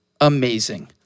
amazing